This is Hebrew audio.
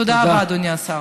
תודה רבה, אדוני השר.